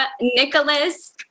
Nicholas